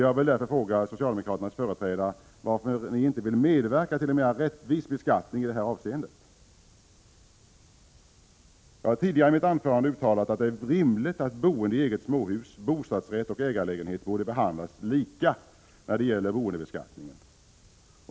Jag vill därför fråga socialdemokraternas företrädare varför de inte vill medverka till en mera rättvis beskattning i detta avseende. Jag har tidigare i mitt anförande uttalat att det är rimligt att boende i eget småhus, bostadsrätt och ägarlägenhet skulle behandlas lika när det gäller boendebeskattningen.